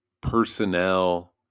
personnel